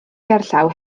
gerllaw